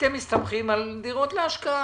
אתם מסתמכים על דירות להשקעה.